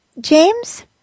James